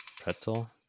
pretzel